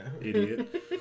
idiot